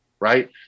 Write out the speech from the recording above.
right